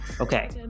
Okay